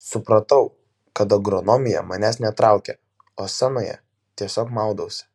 supratau kad agronomija manęs netraukia o scenoje tiesiog maudausi